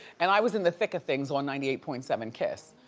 and i was in the thick of things on ninety eight point seven kiss.